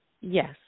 Yes